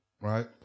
right